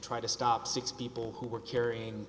try to stop six people who were carrying